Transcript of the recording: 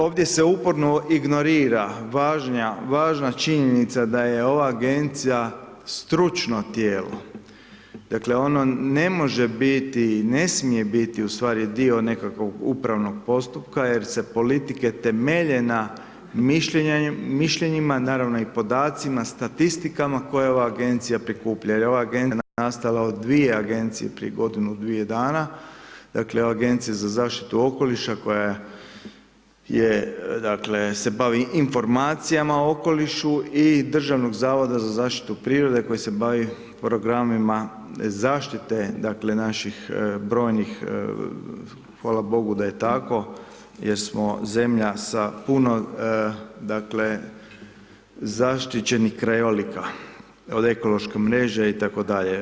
Ovdje se uporno ignorira važna činjenica da je ova agencija stručno tijelo, dakle ono ne može biti i ne smije biti u stvari dio nekakvog upravnog postupka jer se politike temelje na mišljenjima, naravno i podacima, statistikama koje ova agencija prikuplja jer ova agencija je nastala od dvije agencije prije godinu, dvije dana, dakle Agencije za zaštitu okoliša koja se bavi informacijama o okolišu i Državnog zavoda za zaštitu prirode koja se bavi programima zaštite, dakle, naših brojnih, hvala bogu da je tako jer smo zemlja sa puno dakle zaštićenih krajolika, od ekološke mreže itd.